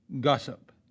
gossip